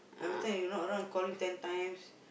every time you not around call you ten times